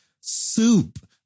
soup